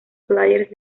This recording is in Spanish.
players